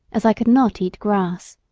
as i could not eat grass.